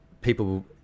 people